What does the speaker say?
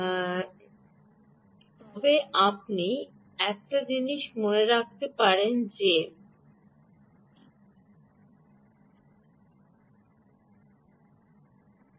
সুতরাং আমি কেবল এই সংখ্যার সাথে মেলে আমি একটি সঠিক প্রতিস্থাপন করছি আমি কেবলমাত্র প্রতিস্থাপন করেছি আমাদের প্রয়োজন সঠিক প্রতিস্থাপন এবং সঠিক বোঝার জন্য যে কোনও কিছু হতে পারে আমি বলব Vout 2 হল ভোল্ট এখন সবকিছুই আমরা জায়গায় পড়ে যাব